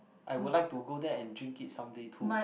I would like to go there and drink it someday too